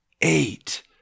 Eight